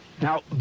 Now